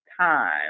time